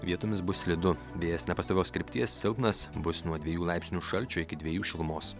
vietomis bus slidu vėjas nepastovios krypties silpnas bus nuo dviejų laipsnių šalčio iki dviejų šilumos